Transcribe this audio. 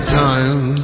time